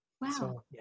Wow